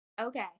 Okay